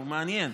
הוא מעניין,